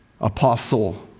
Apostle